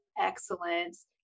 excellence